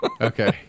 Okay